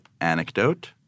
anecdote